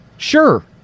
Sure